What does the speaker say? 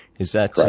is that